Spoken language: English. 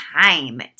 time